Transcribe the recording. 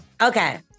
Okay